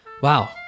Wow